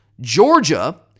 Georgia